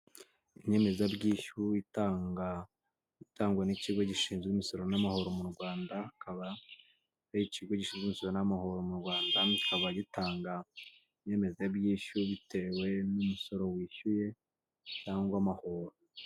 Inyemezabwishyu itanga itangwa n'ikigo gishinzwe imisoro n'amahoro mu Rwanda, akaba ari ikigo gishinzwa n'amahoro mu Rwanda, kikaba gitanga inyemezabwishyu bitewe n'umusoro wishyuye cyangwa amahoro.